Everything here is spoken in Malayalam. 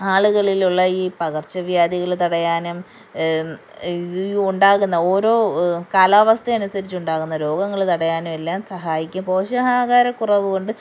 ആളുകളിലുള്ള ഈ പകർച്ചവ്യാധികൾ തടയാനും ഈ ഉണ്ടാകുന്ന ഓരോ കാലാവസ്ഥ അനുസരിച്ചുണ്ടാകുന്ന രോഗങ്ങൾ തടയാനും എല്ലാം സഹായിക്കും പോഷകാഹാര കുറവുകൊണ്ട്